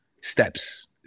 steps